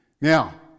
Now